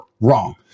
wrong